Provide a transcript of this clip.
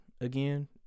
again